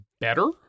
better